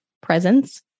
presence